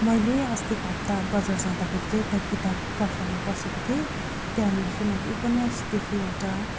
मैले अस्तिको हप्ता बजार जाँदाखेरि चाहिँ त्यहाँ किताब पसलमा पसेकी थिएँ त्यहाँनेरि चाहिँ मैले उपन्यास देखेँ एउटा